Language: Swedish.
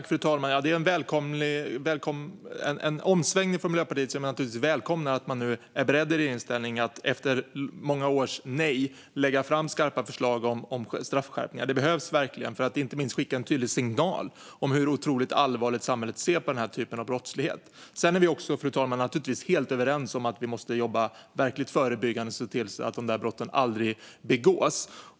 Fru talman! Att Miljöpartiet i regeringsställning nu är berett att efter många års nej lägga fram skarpa förslag om straffskärpningar är en omsvängning som jag naturligtvis välkomnar. Det behövs verkligen, inte minst för att skicka en tydlig signal om hur otroligt allvarligt samhället ser på den här typen av brottslighet. Vi är naturligtvis helt överens om att vi måste jobba verkligt förebyggande och se till att de här brotten aldrig begås.